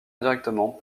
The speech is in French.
indirectement